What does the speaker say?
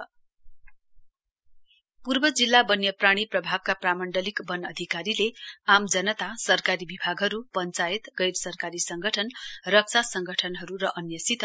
state government appeal forest fire पूर्व जिल्ला वन्यप्राणी प्रभागका प्रामण्डलिक वन अधिकारीले आम जनता सरकारी विभागहरू पञ्चायत गैर सरकारी सङ्गठन रक्षा सङ्गठनहरू र अन्यसित